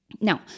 Now